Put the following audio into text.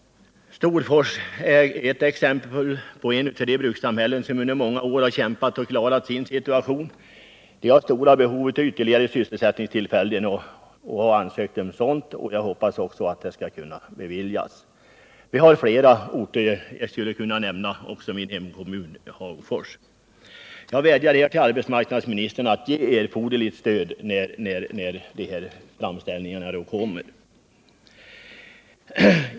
Storfors är ett av de brukssamhällen som under många år har kämpat för att klara sin situation. Det företaget har stora behov av ytterligare sysselsättningstillfällen och har ansökt om stöd. Jag hoppas att det också skall kunna beviljas. Det finns flera orter som har det svårt. Jag skulle kunna nämna min hemkommun, Hagfors. Jag vädjar här till arbetsmarknadsministern att ge erforderligt stöd när de framställningarna kommer.